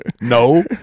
No